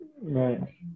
Right